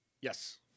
yes